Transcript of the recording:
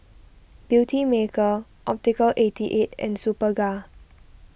Beautymaker Optical eighty eight and Superga